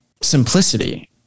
simplicity